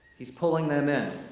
he's pulling them in.